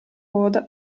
coda